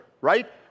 right